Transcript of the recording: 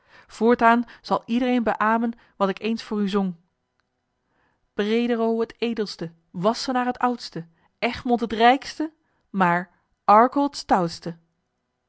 voortaan zal iedereen beamen wat ik eens voor u zong brederoô het edelste wassenaar het oudste egmond het rijkste maar arkel het stoutste